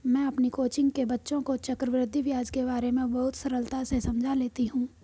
मैं अपनी कोचिंग के बच्चों को चक्रवृद्धि ब्याज के बारे में बहुत सरलता से समझा लेती हूं